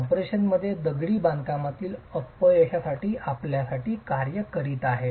कम्प्रेशनमध्ये दगडी बांधकामातील अपयशासाठी आपल्यासाठी कार्य करीत आहे